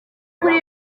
kuri